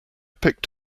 picked